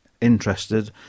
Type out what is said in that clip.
interested